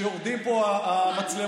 שכשיורדות פה המצלמות,